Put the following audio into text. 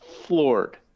floored